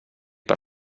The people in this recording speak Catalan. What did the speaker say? per